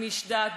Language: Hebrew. עם איש דת,